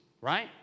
right